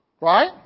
Right